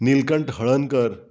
Nilkanth Halarnkar